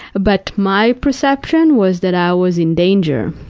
but my perception was that i was in danger.